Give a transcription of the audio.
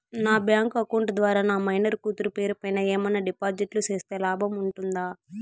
నా bank account ద్వారా నా మైనర్ కూతురు పేరు పైన ఏమన్నా డిపాజిట్లు సేస్తే లాభం ఉంటుందా?